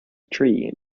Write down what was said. tree